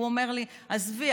הוא אומר לי: עזבי,